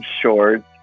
shorts